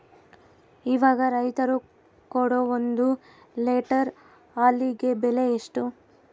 ಇವಾಗ ರೈತರು ಕೊಡೊ ಒಂದು ಲೇಟರ್ ಹಾಲಿಗೆ ಬೆಲೆ ಎಷ್ಟು?